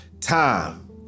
time